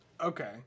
okay